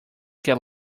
get